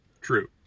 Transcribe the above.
True